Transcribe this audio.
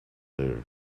there